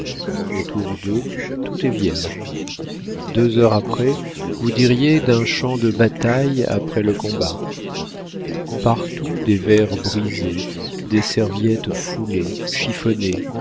autour d'eux tout est vierge deux heures après vous diriez d'un champ de bataille après le combat partout des verres brisés des serviettes foulées